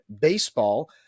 baseball